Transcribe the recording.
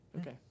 Okay